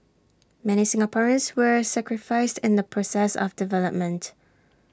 many Singaporeans were sacrificed in the process of development